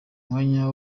umwanya